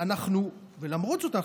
למרות זאת,